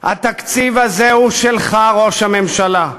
התקציב הזה הוא שלך, ראש הממשלה,